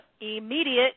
immediate